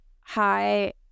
hi